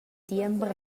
diember